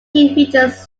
features